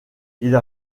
ils